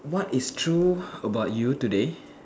what is true about you today